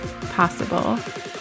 possible